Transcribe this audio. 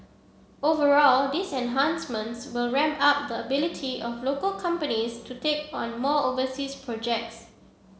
overall these enhancements will ramp up the ability of local companies to take on more overseas projects